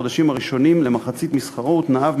החודשים הראשונים למחצית משכרו ותנאיו,